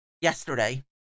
yesterday